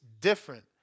different